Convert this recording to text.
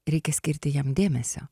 reikia skirti jam dėmesio